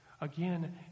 Again